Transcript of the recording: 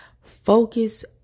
Focus